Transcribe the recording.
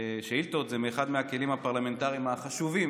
אחד הכלים הפרלמנטריים החשובים